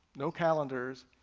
no calendars,